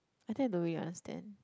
I think I don't really understand